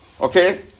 Okay